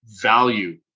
value